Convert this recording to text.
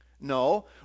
No